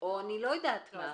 או לא יודעת מה.